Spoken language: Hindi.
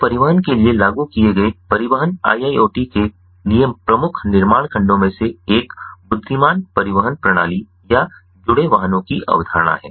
तो परिवहन के लिए लागू किए गए परिवहन IIoT के लिए प्रमुख निर्माण खंडों में से एक बुद्धिमान परिवहन प्रणाली या जुड़े वाहनों की अवधारणा है